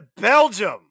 Belgium